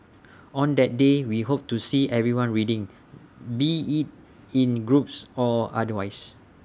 on that day we hope to see everyone reading be IT in groups or otherwise